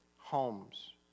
homes